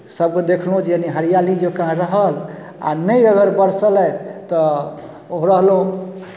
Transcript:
सभकेँ देखलहुँ जे यानि हरियाली जँका रहल आ नहि अगर बरसलथि तऽ ओह रहलहुँ